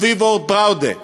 סביב "אורט בראודה".